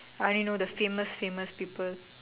I only know the famous famous people